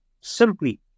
simply